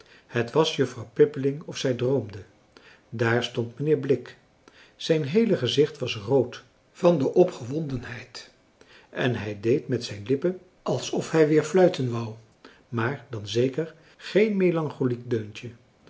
het was juffrouw pippeling of zij droomde daar stond mijnheer blik zijn heele gezicht was rood van de opgewondenheid en hij deed met zijn lippen alsof hij weer fluiten won maar dan zeker geen melankoliek deuntje